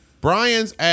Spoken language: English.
Brian's